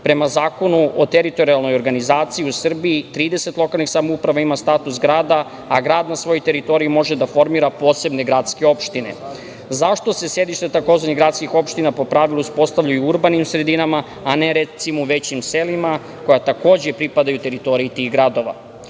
Prema Zakonu o teritorijalnoj organizaciji u Srbiji 30 lokalnih samouprava ima status grada, a grad na svojoj teritoriji može da formira posebne gradske opštine. Zašto se sedišta tzv. gradskih opština po pravilu uspostavljaju u urbanim sredinama, a ne, recimo, u većim selima, koja takođe pripadaju teritoriji tih